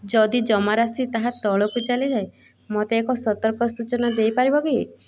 ଯଦି ଜମା ରାଶି ତାହା ତଳକୁ ଚାଲିଯାଏ ମୋତେ ଏକ ସତର୍କ ସୂଚନା ଦେଇପାରିବ କି